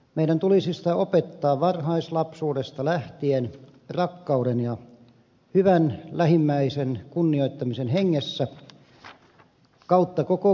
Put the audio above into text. meidän tulisi sitä opettaa varhaislapsuudesta lähtien rakkauden ja hyvän lähimmäisen kunnioittamisen hengessä kautta koko koululaitoksen